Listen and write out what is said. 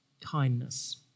kindness